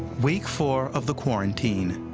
week four of the quarantine.